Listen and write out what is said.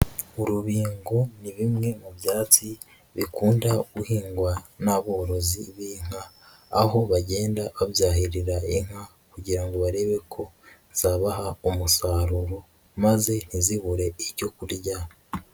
Urubingo ni bimwe mu byatsi bikunda guhingwa n'aborozi b'inka, aho bagenda babyahirira inka kugira ngo barebe ko zabaha umusaruro maze ntizibure ibyo kurya.